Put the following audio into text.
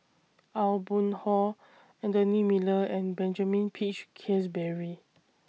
Aw Boon Haw Anthony Miller and Benjamin Peach Keasberry